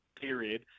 period